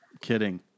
Kidding